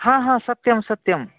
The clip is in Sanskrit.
सत्यं सत्यम्